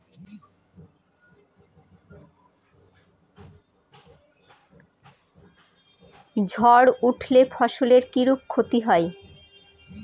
ঝড় উঠলে ফসলের কিরূপ ক্ষতি হয়?